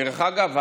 דרך אגב,